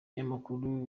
ibinyamakuru